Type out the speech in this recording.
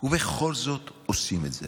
ובכל זאת עושים את זה.